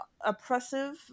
oppressive